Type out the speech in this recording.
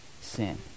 sin